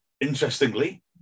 interestingly